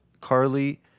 Carly